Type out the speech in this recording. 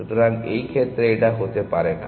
সুতরাং এই ক্ষেত্রে এটা হতে পারে না